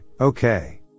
okay